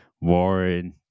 Warren